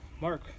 Mark